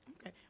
Okay